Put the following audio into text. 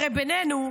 הרי בינינו,